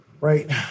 right